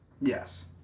Yes